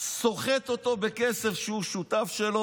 סוחט אותו בכסף כשהוא שותף שלו,